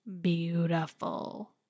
beautiful